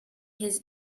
his